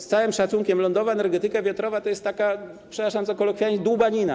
Z całym szacunkiem, lądowa energetyka wiatrowa to jest taka, przepraszam za kolokwializm, dłubanina.